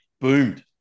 boomed